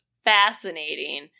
fascinating